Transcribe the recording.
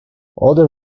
other